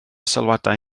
sylwadau